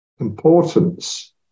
importance